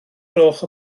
gloch